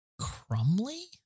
Crumley